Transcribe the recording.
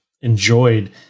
enjoyed